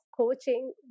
coaching